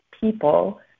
people